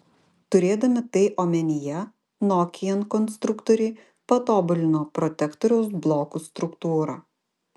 turėdami tai omenyje nokian konstruktoriai patobulino protektoriaus blokų struktūrą